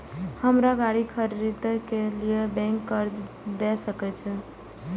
हमरा गाड़ी खरदे के लेल बैंक कर्जा देय सके छे?